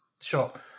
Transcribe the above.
shop